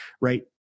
right